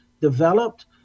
developed